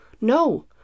No